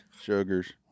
Sugars